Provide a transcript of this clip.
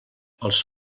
els